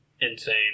insane